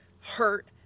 hurt